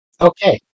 Okay